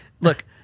Look